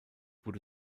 wurde